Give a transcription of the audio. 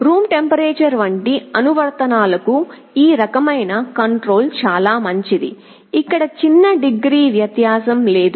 room temp వంటి అనువర్తనాలకు ఈ రకమైన కంట్రోల్ చాలా మంచిది ఇక్కడ చిన్న డిగ్రీ వ్యత్యాసం లేదు